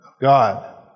God